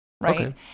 Right